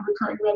recurring